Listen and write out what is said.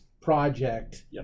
project